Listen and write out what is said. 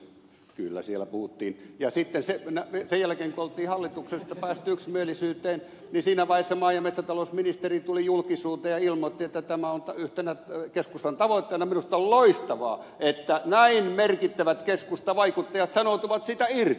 kyllä siellä puhuttiin ja sitten sen jälkeen kun oli hallituksesta päästy yksimielisyyteen niin siinä vaiheessa maa ja metsätalousministeri tuli julkisuuteen ja ilmoitti että tämä on yhtenä keskustelun tavoitteena minusta loistavaa että näin merkittävät keskustavaikuttajat sanoutuvat siitä irti että tähänhän minä pyrinkin